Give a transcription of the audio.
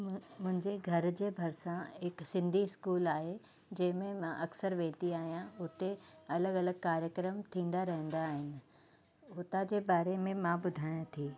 म मुंहिंजे घर जे भरिसां हिकु सिंधी स्कूल आहे जंहिं में मां अक्सर वेंदी आहियां हुते अलॻि अलॻि कार्यक्रम थींदा रवंदा आहिनि हुतां जे बारे में मां ॿुधायां थी